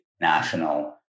national